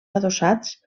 adossats